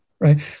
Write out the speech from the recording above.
right